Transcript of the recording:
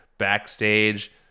backstage